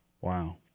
Wow